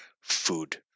food